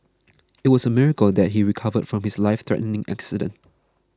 it was a miracle that he recovered from his life threatening accident